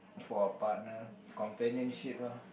for a partner companionship lah